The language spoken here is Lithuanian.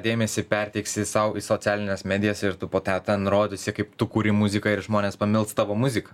dėmesį perteiksi sau į socialines medijas ir tu po to ten atrodysi kaip tu kuri muzika ir žmonės pamils tavo muziką